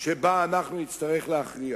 שבה נצטרך להכריע.